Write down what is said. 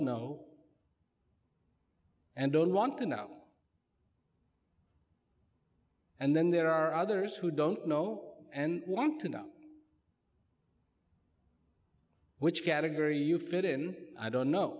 know and don't want to know and then there are others who don't know and want to know which category you fit in i don't know